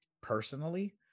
personally